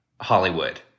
Hollywood